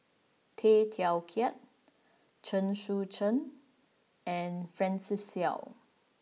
Tay Teow Kiat Chen Sucheng and Francis Seow